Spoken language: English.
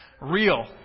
Real